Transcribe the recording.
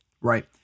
Right